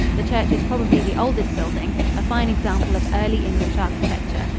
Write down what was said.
the church is probably the oldest building a fine example of early english architecture.